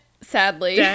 Sadly